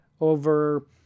over